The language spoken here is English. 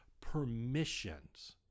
permissions